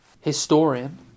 Historian